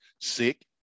Sick